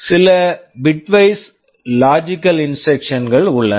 சில bitwise bitwise logical logical instructions instructions கள் உள்ளன